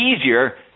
easier